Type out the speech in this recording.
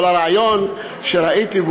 אבל הרעיון שראיתי,